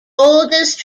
oldest